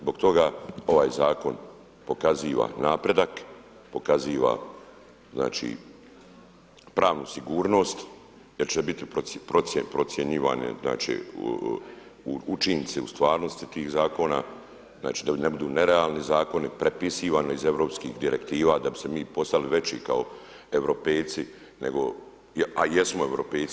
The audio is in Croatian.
Zbog toga ovaj zakon pokazuje napredak, pokazuje znači pravnu sigurnost jer će biti procjenjivane znači učinci u stvarnosti tih zakona, znači da ne budu nerealni zakoni, prepisivani iz europskih direktiva, da bismo mi postali veći kao europejci nego, a jesmo europejci.